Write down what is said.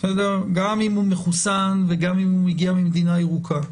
גם אם הוא מחוסן וגם אם הוא מגיע ממדינה ירוקה.